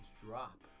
drop